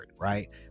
right